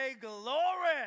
glory